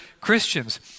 Christians